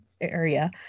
area